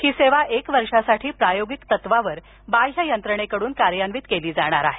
ही सेवा एक वर्षासाठी प्रयोगिक तत्वावर बाह्य यंत्रणेकडून कार्यान्वित केली जाणार आहे